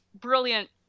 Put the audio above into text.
brilliant